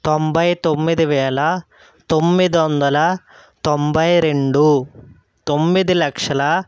తొంభై తొమ్మిది వేల తొమ్మిది వందల తొంభై రెండు తొమ్మిది లక్షల